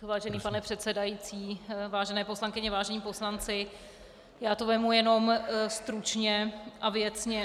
Vážený pane předsedající, vážené poslankyně, vážení poslanci, já to vezmu jenom stručně a věcně.